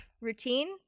routine